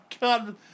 God